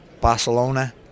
Barcelona